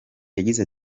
yagize